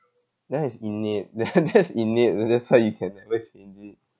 that one is innate that~ that's innate th~ that's why you can diverge in it